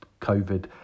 COVID